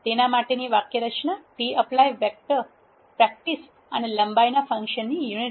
તેના માટેનું વાક્યરચના tapply વેક્ટર પ્રેક્ટિસ અને લંબાઈના ફંક્શન યુનિટ છે